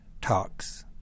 talks